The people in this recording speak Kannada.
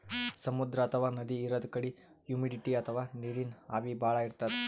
ಸಮುದ್ರ ಅಥವಾ ನದಿ ಇರದ್ ಕಡಿ ಹುಮಿಡಿಟಿ ಅಥವಾ ನೀರಿನ್ ಆವಿ ಭಾಳ್ ಇರ್ತದ್